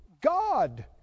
God